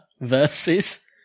versus